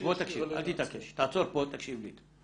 למשל --- תעצור פה, תקשיב לי.